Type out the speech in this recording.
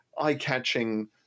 eye-catching